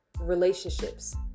relationships